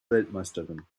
weltmeisterin